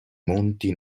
monti